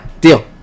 deal